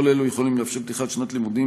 כל אלו יכולים לאפשר פתיחת שנת לימודים